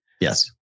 yes